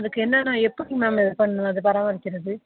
அதுக்கு என்னென்ன்னா எப்படி மேம் இது பண்ணும் அது பராமரிக்கிறது